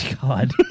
God